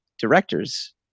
directors